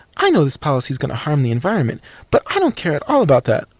i know this policy is going to harm the environment but i don't care at all about that,